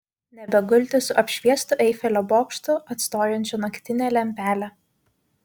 nebegulti su apšviestu eifelio bokštu atstojančiu naktinę lempelę